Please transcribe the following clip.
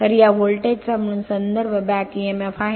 तर या व्होल्टेजचा म्हणून संदर्भ बॅक emf आहे